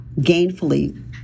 gainfully